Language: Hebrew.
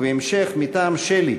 ובהמשך מטעם של"י,